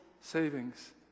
savings